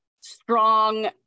strong